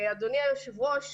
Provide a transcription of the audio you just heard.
אדוני היושב ראש,